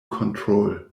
control